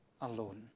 alone